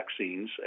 vaccines